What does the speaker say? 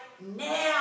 now